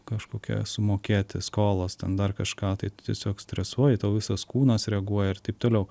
kažkokią sumokėti skolas ten dar kažką tai tiesiog stresuoji tau visas kūnas reaguoja ir taip toliau